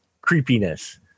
creepiness